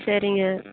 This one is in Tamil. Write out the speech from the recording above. சரிங்க